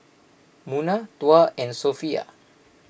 Munah Tuah and Sofea